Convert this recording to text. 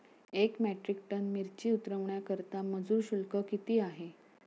एक metric ton मिरची उतरवण्याकरता मजूर शुल्क किती आहे?